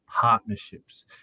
partnerships